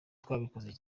twabikoze